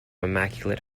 immaculate